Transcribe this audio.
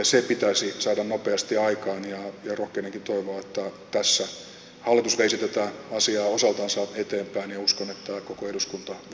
se pitäisi saada nopeasti aikaan ja rohkenenkin toivoa että tässä hallitus veisi tätä asiaa osaltansa eteenpäin ja uskon että koko eduskunta voi olla tätä tukemassa